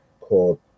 called